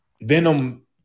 Venom